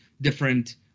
different